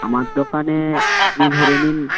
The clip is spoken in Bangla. আমার দোকানে আপনি ধরে নিন